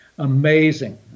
amazing